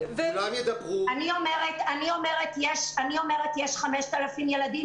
אני אומרת: יש 5,000 ילדים,